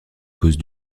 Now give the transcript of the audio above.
cause